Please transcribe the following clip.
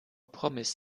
promis